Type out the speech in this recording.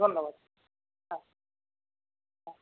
ধন্যবাদ হ্যাঁ হ্যাঁ